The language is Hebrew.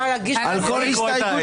על כל הסתייגות מצביעים?